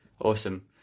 awesome